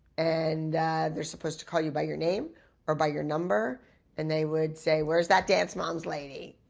and they're supposed to call you by your name or by your number and they would say, where's that dance moms lady?